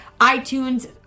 iTunes